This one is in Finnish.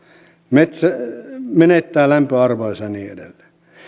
metsä menettää lämpöarvonsa ja niin edelleen